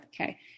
Okay